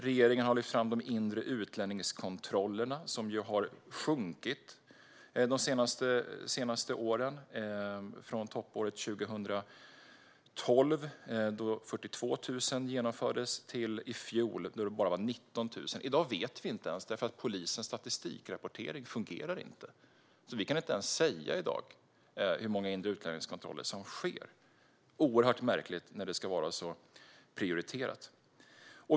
Regeringen har lyft fram de inre utlänningskontrollerna, som ju har minskat i antal de senaste åren. Toppåret 2012 genomfördes 42 000 inre utlänningskontroller, medan bara 19 000 genomfördes i fjol. I dag vet vi inte ens - polisens statistikrapportering fungerar inte, så vi kan inte ens säga hur många inre utlänningskontroller som genomförs i dag. Det är oerhört märkligt när detta område ska vara så prioriterat.